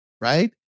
right